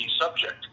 subject